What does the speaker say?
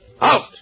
Out